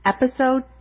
Episode